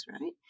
right